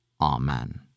Amen